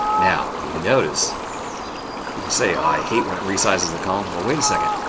now, you'll notice people say, i hate when it resizes the columns. well, wait a second.